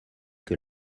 que